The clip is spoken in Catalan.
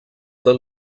del